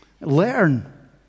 Learn